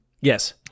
yes